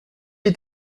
est